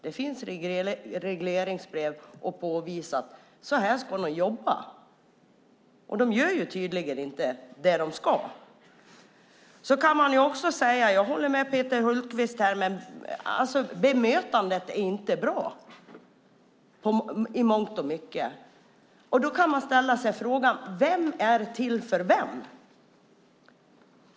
Det finns regleringsbrev där det påvisas hur de ska jobba. Men de gör tydligen inte det de ska göra. Jag håller med Peter Hultqvist. Bemötandet är i mångt och mycket inte bra. Man kan fråga sig: Vem är till för vem?